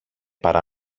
παρά